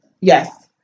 Yes